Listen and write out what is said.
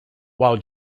while